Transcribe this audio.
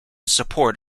support